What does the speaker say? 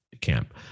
camp